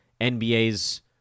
NBA's